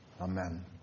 Amen